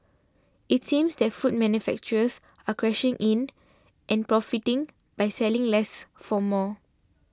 it seems that food manufacturers are cashing in and profiting by selling less for more